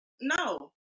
no